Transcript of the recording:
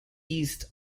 east